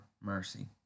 mercy